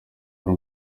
hari